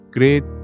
Great